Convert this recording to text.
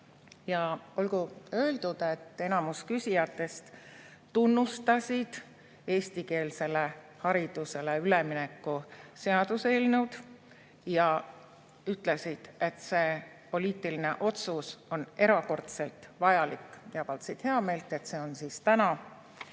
Olgu öeldud, et enamik küsijatest tunnustas eestikeelsele haridusele ülemineku seaduseelnõu, nad ütlesid, et see poliitiline otsus on erakordselt vajalik, ja avaldasid heameelt, et see on täna